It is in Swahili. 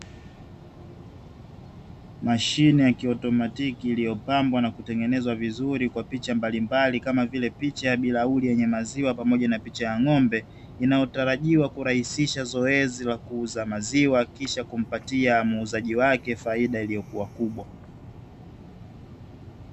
Mashine ya kiotomatiki iliyopambwa na kutengenezwa vizuri kwa picha mbalimbali kama vile picha ya bilauri, yenye maziwa pamoja na picha ya ng'ombe, inayotarajiwa kurahisisha zoezi la kuuza maziwa na kisha kumpatia muuzaji wake faida iliyokuwa kubwa.